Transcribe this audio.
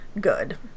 good